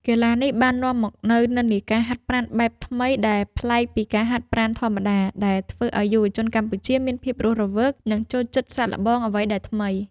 កីឡានេះបាននាំមកនូវនិន្នាការហាត់ប្រាណបែបថ្មី ដែលប្លែកពីការហាត់ប្រាណធម្មតា ដែលធ្វើឱ្យយុវជនកម្ពុជាមានភាពរស់រវើក និងចូលចិត្តសាកល្បងអ្វីដែលថ្មី។